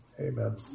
amen